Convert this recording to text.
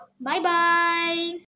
bye-bye